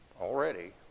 already